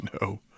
no